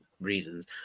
reasons